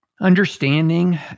understanding